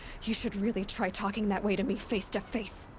you should really try talking that way to me face to face!